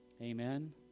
Amen